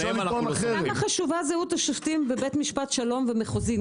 למה חשובה הזהות השופטים בבית משפט שלום ובמחוזי?